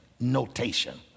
notation